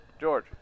George